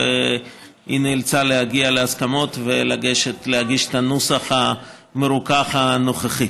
והיא נאלצה להגיע להסכמות ולהגיש את הנוסח המרוכך הנוכחי.